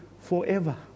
forever